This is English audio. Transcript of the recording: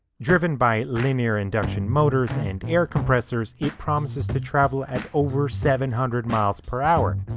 driven by linear induction motors and air compressors. it promises to travel at over seven hundred miles per hour.